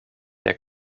der